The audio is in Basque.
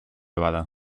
bada